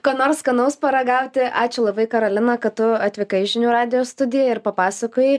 ką nors skanaus paragauti ačiū labai karalina kad tu atvykai į žinių radijo studiją ir papasakojai